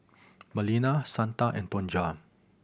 Melina Santa and Tonja